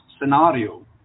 scenario